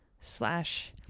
slash